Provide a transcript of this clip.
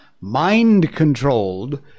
mind-controlled